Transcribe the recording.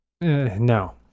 No